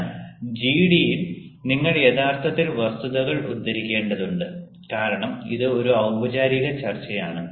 എന്നാൽ ഒരു ജിഡിയിൽ നിങ്ങൾ യഥാർത്ഥത്തിൽ വസ്തുതകൾ ഉദ്ധരിക്കേണ്ടതുണ്ട് കാരണം ഇത് ഒരു ഔപചാരിക ചർച്ചയാണ്